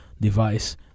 device